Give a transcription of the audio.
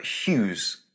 Hughes